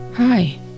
Hi